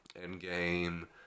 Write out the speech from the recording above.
Endgame